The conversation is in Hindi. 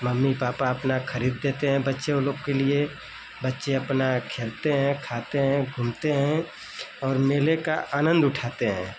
मम्मी पापा अपना खरीद देते हैं बच्चों लोग के लिए बच्चे अपना खेलते हैं खाते हैं घूमते हैं और मेले का आनंद उठाते हैं